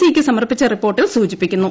E യ്ക്ക്സമർപ്പിച്ച റിപ്പോർട്ടിൽ സൂചിപ്പിക്കുന്നു